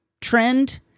trend